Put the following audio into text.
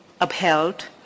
upheld